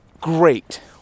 Great